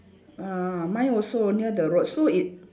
uh mine also near the road so it